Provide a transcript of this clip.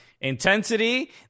intensity